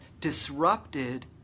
disrupted